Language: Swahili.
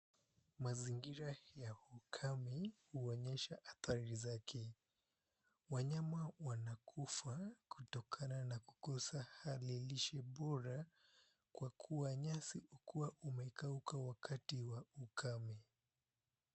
Mazingira ya ukame huonyesha athari zake wanyama wanakufa kutokana na kukosa hali ya lishe bora kwa kua nyasi hukua umekauka wakati wa ukame.